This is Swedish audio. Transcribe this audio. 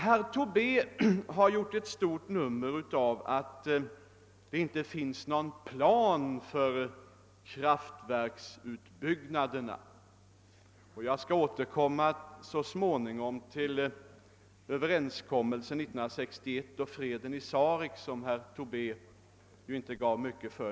Herr Tobé har gjort ett stort nummer av att det inte finns någon plan för kraftverksutbyggnaderna. Så småningom skall jag återkomma till överens kommelsen 1961 och den s.k. freden i Sarek, som herr Tobé nu inte ger mycket för.